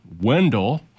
Wendell